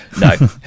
No